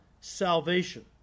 salvation